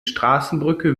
straßenbrücke